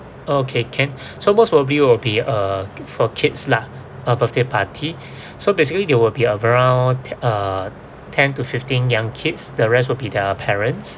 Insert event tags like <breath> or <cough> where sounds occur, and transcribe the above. okay can <breath> so most probably will be uh for kids lah a birthday party <breath> so basically they will be around te~ uh ten to fifteen young kids the rest will be their parents